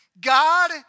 God